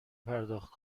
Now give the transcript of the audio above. پرداخت